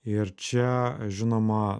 ir čia žinoma